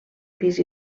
pis